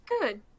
good